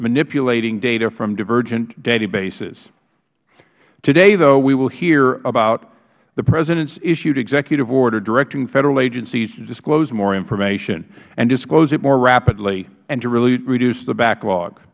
manipulating data from divergent databases today we will hear about the president's issued executive order directing federal agencies to disclose more information and disclose it more rapidly and to reduce the backlog